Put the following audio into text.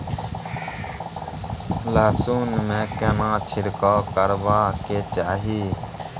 लहसुन में केना छिरकाव करबा के चाही?